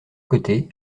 côté